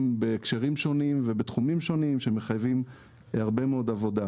בהקשרים שונים ובתחומים שונים שמחייבים הרבה מאוד עבודה.